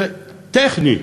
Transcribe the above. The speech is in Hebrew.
טכני,